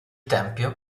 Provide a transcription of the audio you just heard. tempio